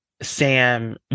Sam